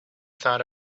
thought